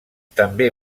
també